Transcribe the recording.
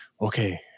okay